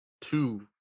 two